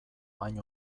hain